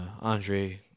Andre